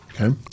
Okay